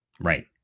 Right